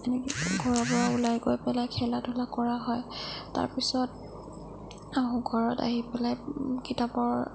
সেনেকৈ ঘৰৰপৰা ওলাই গৈ পেলাই খেলা ধূলা কৰা হয় তাৰপিছত আহোঁ ঘৰত আহি পেলাই কিতাপৰ